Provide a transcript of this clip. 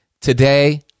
Today